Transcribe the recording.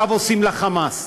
עכשיו עושים ל"חמאס"